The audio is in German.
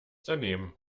daneben